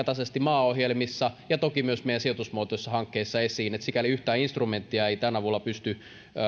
tasaisesti maaohjelmissa ja toki myös meidän sijoitusmuotoisissa hankkeissamme niin että sikäli yhtään instrumenttia ei tämän avulla pysty